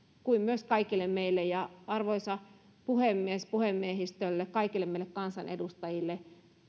kuin myös kaikille meille arvoisa puhemies puhemiehistölle kaikille meille kansanedustajille